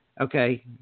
Okay